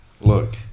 look